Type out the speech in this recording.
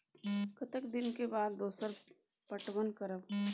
कतेक दिन के बाद दोसर पटवन करब?